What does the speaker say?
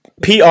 pr